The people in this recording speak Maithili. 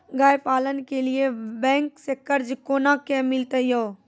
गाय पालन के लिए बैंक से कर्ज कोना के मिलते यो?